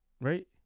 Right